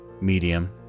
medium